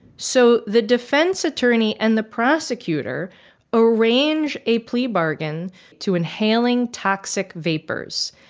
so the defense attorney and the prosecutor arrange a plea bargain to inhaling toxic vapors,